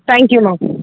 thank யூம்மா